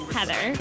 Heather